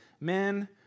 men